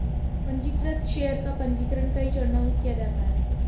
पन्जीकृत शेयर का पन्जीकरण कई चरणों में किया जाता है